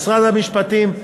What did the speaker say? משרד המשפטים,